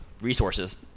resources